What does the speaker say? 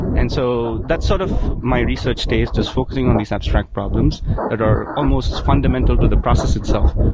and so that's sort of my research days, just focusing on these abstract problems that are almost fundamental to the process itself,